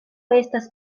estas